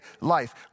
life